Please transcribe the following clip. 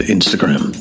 Instagram